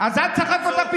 לך תתבע את ערוץ 7. אתה חצוף.